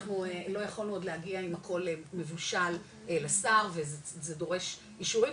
אנחנו לא יכולנו להגיע עם הכול מבושל לשר וזה דורש אישורים,